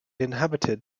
inhabited